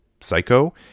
psycho